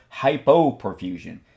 hypoperfusion